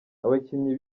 abakinnyi